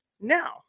Now